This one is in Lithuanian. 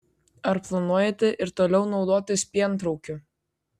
ar planuojate ir toliau naudotis pientraukiu